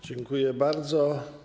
Dziękuję bardzo.